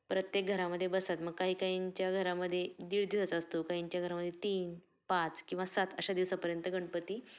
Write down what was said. प्रत्येक घरामध्ये बसत मग काही काहींच्या घरामध्ये दीड दिवस असतो काहींच्या घरामध्ये तीन पाच किंवा सात अशा दिवसापर्यंत गणपती